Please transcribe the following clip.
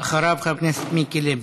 אחריו, חבר הכנסת מיקי לוי.